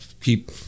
keep